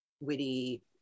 witty